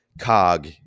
cog